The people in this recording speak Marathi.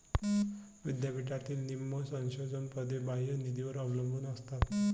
विद्यापीठातील निम्म्या संशोधन पदे बाह्य निधीवर अवलंबून असतात